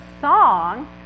song